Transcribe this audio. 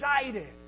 excited